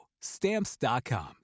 Stamps.com